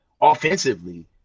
offensively